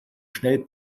schnell